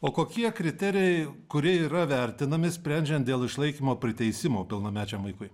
o kokie kriterijai kurie yra vertinami sprendžiant dėl išlaikymo priteisimo pilnamečiam vaikui